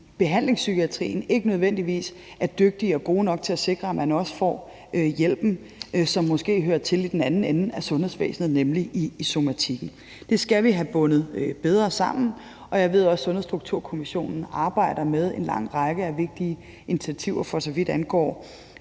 behandlingspsykiatrien ikke nødvendigvis er dygtige og gode nok til at sikreat folk også får hjælp til, i forhold at den hjælp måske hører til i den anden ende af sundhedsvæsenet, nemlig i somatikken. Det skal vi have bundet bedre sammen. Jeg ved også, at Sundhedsstrukturkommissionen arbejder med en lang række af vigtige initiativer, for så vidt angår